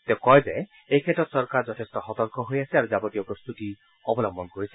তেওঁ কয় যে এইক্ষেত্ৰত চৰকাৰ যথেষ্ট সতৰ্ক হৈ আছে আৰু যাৱতীয় প্ৰস্তুতি অবলম্বন কৰা হৈছে